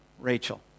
Rachel